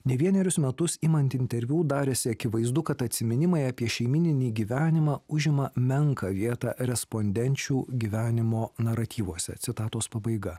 ne vienerius metus imant interviu darėsi akivaizdu kad atsiminimai apie šeimyninį gyvenimą užima menką vietą respondenčių gyvenimo naratyvuose citatos pabaiga